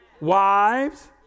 Wives